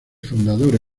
fundadora